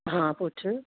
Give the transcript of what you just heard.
ਹਾਂ ਪੁੱਛ